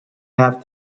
have